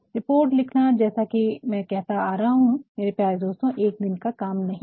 report लिखना जैसा कि मैं कहता आ रहा हूँ मेरे प्यारे दोस्तों एक दिन का काम नहीं है